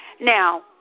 Now